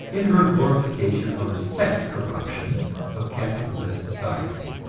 in her glorification of the sex-corruptions of capitalist society.